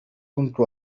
كنت